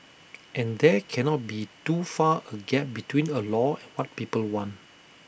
and there cannot be too far A gap between A law and what people want